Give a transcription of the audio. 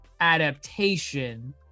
adaptation